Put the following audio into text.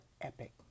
epic